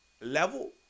level